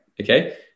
Okay